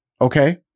okay